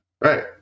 Right